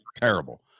Terrible